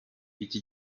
iki